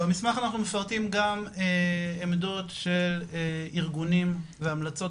במסמך אנחנו מפרטים גם עמדות של ארגונים והמלצות